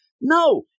No